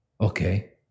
Okay